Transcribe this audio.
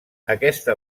aquesta